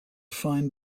find